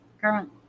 current